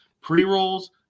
pre-rolls